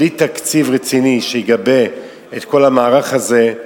בלי תקציב רציני שיגבה את כל המערך הזה,